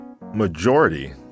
majority